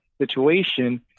situation